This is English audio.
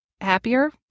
happier